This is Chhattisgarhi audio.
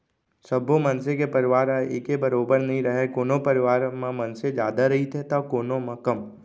सब्बो मनसे के परवार ह एके बरोबर नइ रहय कोनो परवार म मनसे जादा रहिथे तौ कोनो म कम